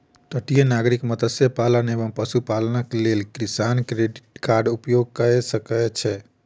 तटीय नागरिक मत्स्य पालन एवं पशुपालनक लेल किसान क्रेडिट कार्डक उपयोग कय सकै छै